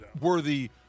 worthy